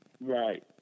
Right